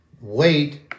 Wait